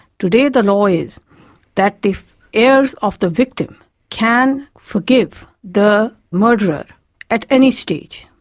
today the law is that the heirs of the victim can forgive the murderer at any stage,